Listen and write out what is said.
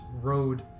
road